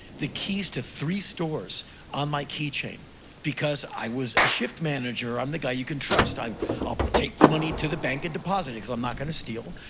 the keys to three stores on my keychain. because i was a shift manager. i'm the guy you can trust. i'll take the money to the bank and deposit it cause i'm not gonna steal.